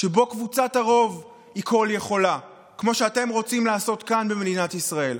שבו קבוצת הרוב היא כול-יכולה כמו שאתם רוצים לעשות כאן במדינת ישראל.